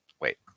wait